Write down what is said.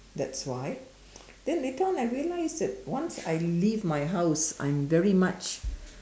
that's why then later on I realized once I leave my house I'm very much